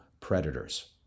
predators